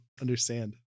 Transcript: understand